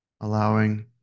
allowing